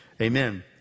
Amen